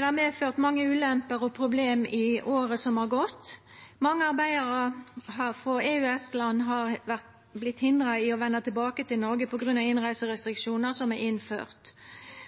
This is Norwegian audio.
har medført mange ulemper og problem i året som har gått. Mange arbeidarar frå EØS-land har vorte hindra i å venda tilbake til Noreg på grunn av innreiserestriksjonar som er innførte.